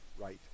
right